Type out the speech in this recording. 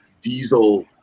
diesel